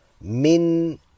min